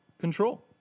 control